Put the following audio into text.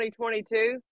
2022